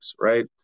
right